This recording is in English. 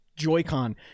Joy-Con